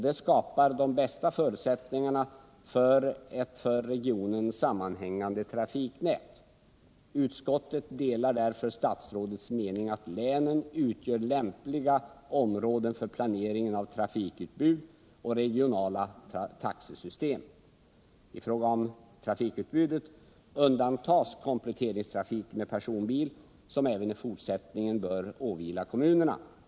Detta skapar de bästa förutsättningarna för ett för regionen sammanhängande trafiknät. Utskottet delar därför statsrådets mening att länen utgör lämpliga områden för planeringen av trafikutbud och regionala taxesystem. I fråga om trafikutbudet undantas kompletteringstrafik med personbil, som även i fortsättningen bör åvila kommunerna.